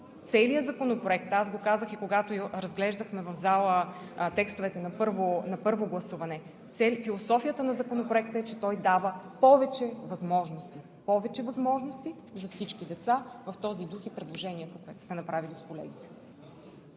Целият законопроект, казах го и когато разглеждахме в зала текстовете на първо гласуване – философията на Законопроекта е, че той дава повече възможности. Повече възможности за всички деца. В този дух е предложението, което сме направили с колегите.